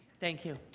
thank you.